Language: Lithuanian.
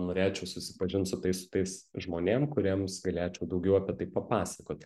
norėčiau susipažint su tais su tais žmonėm kuriems galėčiau daugiau apie tai papasakoti